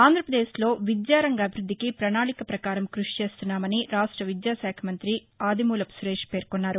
ఆంధ్రాపదేశ్లో విద్యారంగ అభివృద్దికి ప్రజాళిక ప్రకారం కృషి చేస్తున్నామని రాష్ట విద్యాశాఖ మంతి ఆదిమూలపు సురేష్ పేర్కొన్నారు